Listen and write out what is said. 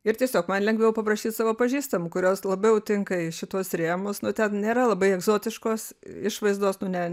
ir tiesiog man lengviau paprašyt savo pažįstamų kurios labiau tinka į šituos rėmus nu ten nėra labai egzotiškos išvaizdos nu ne